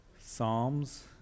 psalms